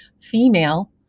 female